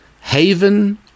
haven